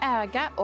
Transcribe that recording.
äga